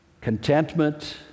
Contentment